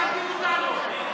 תפסיק עם השיח הזה.